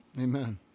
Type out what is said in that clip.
Amen